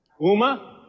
Uma